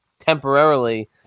Temporarily